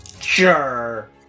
Sure